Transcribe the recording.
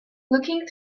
looking